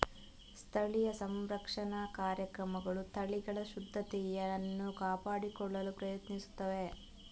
ಸ್ಥಳೀಯ ಸಂರಕ್ಷಣಾ ಕಾರ್ಯಕ್ರಮಗಳು ತಳಿಗಳ ಶುದ್ಧತೆಯನ್ನು ಕಾಪಾಡಿಕೊಳ್ಳಲು ಪ್ರಯತ್ನಿಸುತ್ತಿವೆ